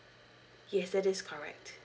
yes that is correct